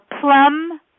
plum